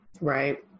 Right